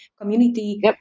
community